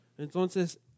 Entonces